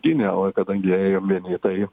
ginę o kadangi ėjom vieni tai